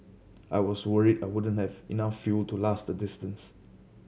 I was worried I wouldn't have enough fuel to last the distance